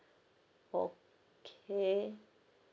okay